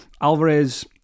Alvarez